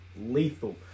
lethal